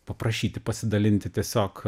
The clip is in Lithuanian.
paprašyti pasidalinti tiesiog